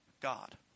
God